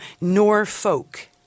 Norfolk